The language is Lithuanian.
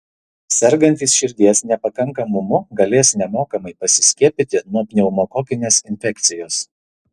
sergantys širdies nepakankamumu galės nemokamai pasiskiepyti nuo pneumokokinės infekcijos